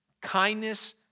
kindness